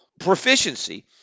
proficiency